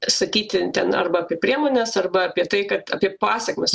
sakyti ten arba apie priemones arba apie tai apie pasekmes